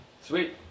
Sweet